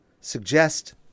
suggest